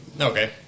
Okay